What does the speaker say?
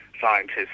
scientists